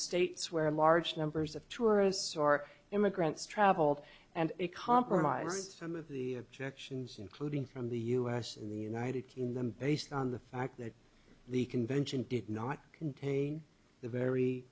states where large numbers of tourists or immigrants traveled and compromise some of the objections including from the u s in the united kingdom based on the fact that the convention did not contain the very